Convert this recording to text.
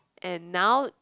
and now